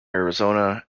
arizona